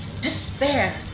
despair